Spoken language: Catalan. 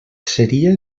seria